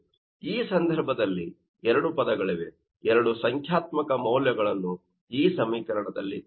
ಈ ಸಂದರ್ಭದಲ್ಲಿ ಎರಡು ಪದಗಳಿವೆ ಎರಡು ಸಂಖ್ಯಾತ್ಮಕ ಮೌಲ್ಯಗಳನ್ನು ಈ ಸಮೀಕರಣದಲ್ಲಿ ಕೊಟ್ಟಿದೆ